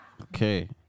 Okay